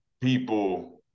people